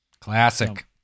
Classic